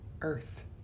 earth